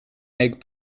egg